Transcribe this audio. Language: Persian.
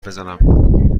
بزنم